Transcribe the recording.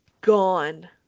gone